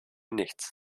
nichts